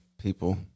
people